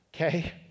okay